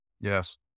Yes